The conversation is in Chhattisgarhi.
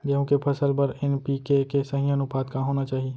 गेहूँ के फसल बर एन.पी.के के सही अनुपात का होना चाही?